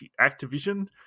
activision